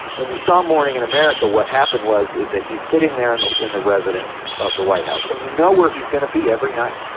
when you saw morning in america, what happened was is that he's sitting there and in the residence of the white house and you know where he's gonna be every night.